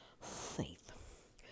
faith